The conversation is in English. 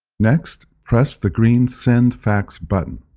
next, press the green send fax button.